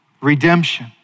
redemption